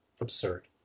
absurd